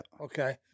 Okay